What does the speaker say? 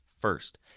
First